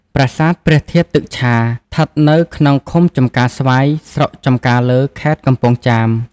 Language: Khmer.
ប្រាសាទ ព្រះធាតុទឹកឆា ឋិតនៅក្នុងឃុំចំការស្វាយ ស្រុកចំការលើ ខេត្ត កំពង់ចាម ។